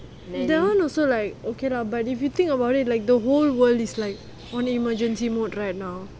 that [one] also like if you think about it the whole world is like on emergency note right now